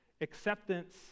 acceptance